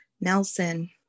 Nelson